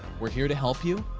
we're here to help you.